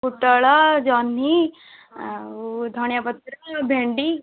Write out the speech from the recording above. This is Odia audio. ପୋଟଳ ଜହ୍ନି ଆଉ ଧନିଆ ପତ୍ର ଭେଣ୍ଡି